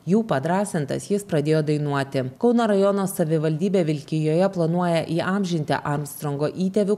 jų padrąsintas jis pradėjo dainuoti kauno rajono savivaldybė vilkijoje planuoja įamžinti armstrongo įtėvių